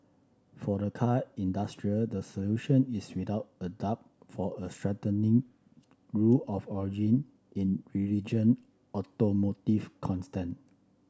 for the car industry the solution is without a doubt for a threatening rule of origin in religion automotive constant